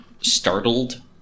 startled